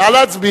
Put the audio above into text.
ההצעה